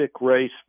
race